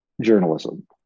journalism